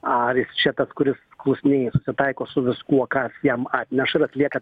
ar jis čia tas kuris klusniai susitaiko su viskuo kas jam atneša ir atlieka